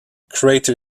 crater